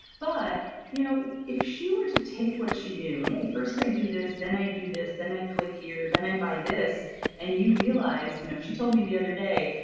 but you know if she were to take what she knew, hey first i do this, then i do this, then i click here, then i buy this and you realized. you know she she told me the other day,